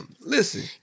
Listen